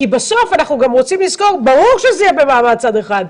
כי בסוף אנחנו רוצים לזכור שברור שזה יהיה במעמד צד אחד.